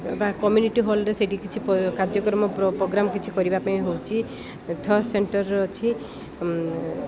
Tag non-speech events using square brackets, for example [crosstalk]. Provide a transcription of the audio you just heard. ବା କମ୍ୟୁନିଟି ହଲରେ ସେଇଠି କିଛି କାର୍ଯ୍ୟକ୍ରମ ପ୍ରୋଗ୍ରାମ କିଛି କରିବା ପାଇଁ ହେଉଛି [unintelligible] ସେଣ୍ଟର ଅଛି